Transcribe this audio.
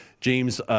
James